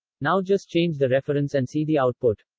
now just change the reference and see the output.